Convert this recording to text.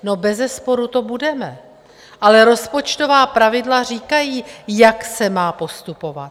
No bezesporu, to budeme, ale rozpočtová pravidla říkají, jak se má postupovat.